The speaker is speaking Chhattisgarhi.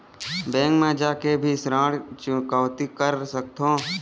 बैंक मा जाके भी ऋण चुकौती कर सकथों?